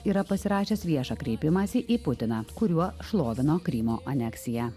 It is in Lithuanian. yra pasirašęs viešą kreipimąsi į putiną kuriuo šlovino krymo aneksiją